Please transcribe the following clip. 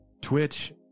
twitch